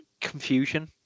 confusion